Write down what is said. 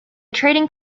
trading